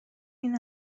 این